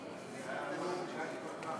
שנמצא איתנו ביציע.